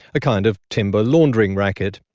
a kind of timber laundering racket.